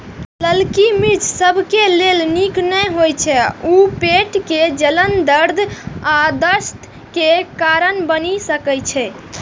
ललकी मिर्च सबके लेल नीक नै होइ छै, ऊ पेट मे जलन, दर्द आ दस्त के कारण बनि सकै छै